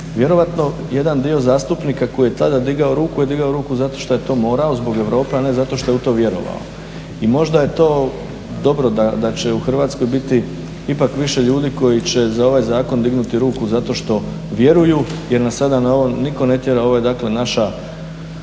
Vjerojatno jedan dio zastupnika koji je tada digao ruku je digao ruku zato što je to morao zbog Europe a ne zato što je u to vjerovao. I možda je to dobro da će u Hrvatskoj biti ipak više ljudi koji će za ovaj zakon dignuti ruku zato što vjeruju jer nas sada nitko ne tjera, ovo je dakle naša